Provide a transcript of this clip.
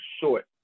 short